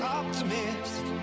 optimist